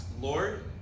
Lord